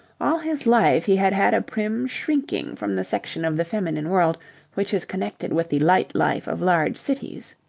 all his life he had had a prim shrinking from the section of the feminine world which is connected with the light-life of large cities.